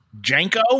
Janko